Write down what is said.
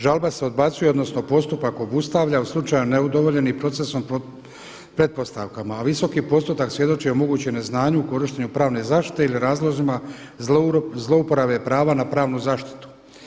Žalba se odbacuje odnosno postupak obustavlja u slučaju ne udovoljenih procesom pretpostavkama, a visoki postotak svjedoči o mogućem neznanju u korištenju pravne zaštite ili razlozima zlouporabe prava na pravnu zaštitu.